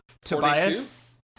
Tobias